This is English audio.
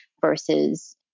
versus